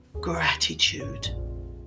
gratitude